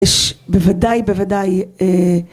יש בוודאי, בוודאי.